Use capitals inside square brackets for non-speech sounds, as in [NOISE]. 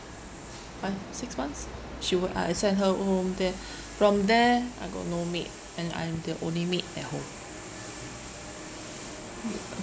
five six months she work I I send her home then from there I got no maid and I'm the only maid at home [NOISE]